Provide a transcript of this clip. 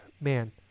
man